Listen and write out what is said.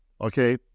okay